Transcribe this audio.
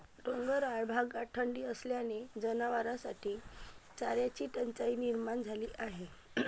डोंगराळ भागात थंडी असल्याने जनावरांसाठी चाऱ्याची टंचाई निर्माण झाली आहे